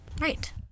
Right